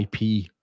IP